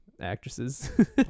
actresses